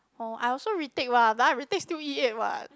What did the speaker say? orh I also retake what but I retake still E eight what